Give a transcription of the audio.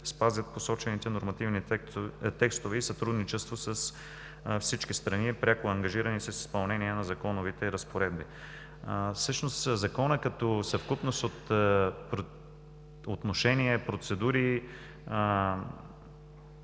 спазят посочените нормативни текстове и сътрудничество с всички страни, пряко ангажирани с изпълнение на законовите разпоредби. Всъщност Законът като съвкупност от отношения, процедури, ще